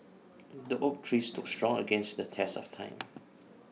the oak tree stood strong against the test of time